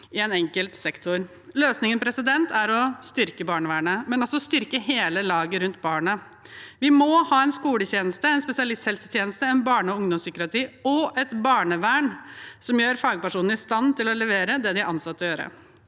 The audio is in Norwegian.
i en enkelt sektor. Løsningen er å styrke barnevernet, men også å styrke hele laget rundt barnet. Vi må ha en skoletjeneste, en spesialisthelsetjeneste, en barne- og ungdomspsykiatri og et barnevern som gjør fagpersonene i stand til å levere det de er ansatt til